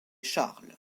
charles